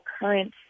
current